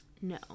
no